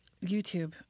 youtube